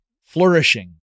flourishing